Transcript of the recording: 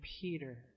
Peter